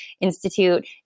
institute